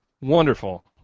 Wonderful